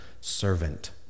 servant